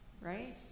right